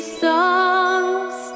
songs